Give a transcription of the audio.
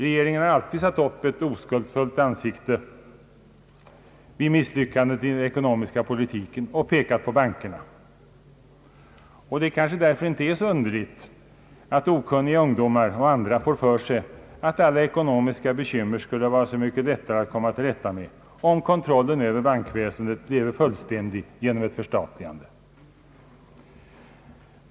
Regeringen har alltid satt upp ett oskuldsfullt ansikte vid misslyckanden i den ekonomiska politiken och pekat på bankerna. Därför är det kanske inte så underligt att okunniga ungdomar och andra får för sig att alla ekonomiska bekymmer skulle vara mycket lättare att komma till rätta med, om kontrollen över bankväsendet bleve fullständig genom ett förstatligande.